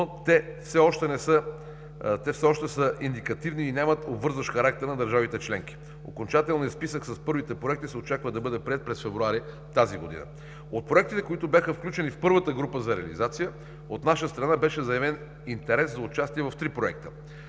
те все още са индикативни и нямат обвързващ характер на държавите членки. Окончателният списък с първите проекти се очаква да бъде приет през февруари тази година. От проектите, които бяха включени в първата група за реализация, от наша страна беше заявен интерес за участие в три проекта